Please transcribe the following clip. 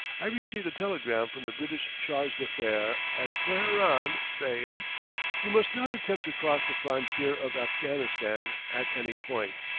i received a telegram from the british charge d'affaires at teheran saying you must not attempt to cross the frontier of afghanistan at any point.